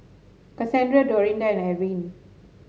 Kassandra Dorinda and Ariane